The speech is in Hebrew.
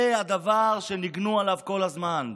זה הדבר שניגנו עליו כל הזמן.